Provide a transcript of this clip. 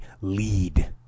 lead